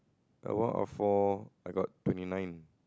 L one R four I got twenty nine